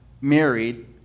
married